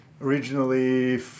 originally